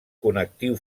connectiu